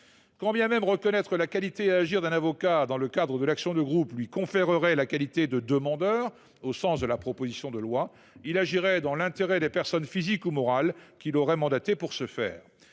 Quand bien même reconnaître la qualité à agir d’un avocat dans le cadre de l’action de groupe lui conférerait la qualité de demandeur au sens de la proposition de loi, il agirait dans l’intérêt des personnes physiques ou morales qui l’auraient mandaté pour ce faire.